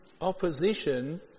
opposition